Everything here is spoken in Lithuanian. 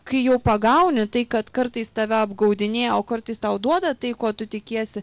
kai jau pagauni tai kad kartais tave apgaudinėja o kartais tau duoda tai ko tu tikiesi